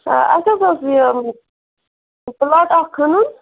آ اَسہِ حظ اوس یہِ پٕلاٹ اَکھ کھنُن